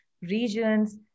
regions